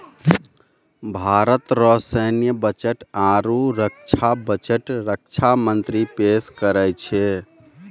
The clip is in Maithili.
भारत रो सैन्य बजट आरू रक्षा बजट रक्षा मंत्री पेस करै छै